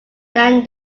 than